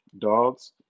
Dogs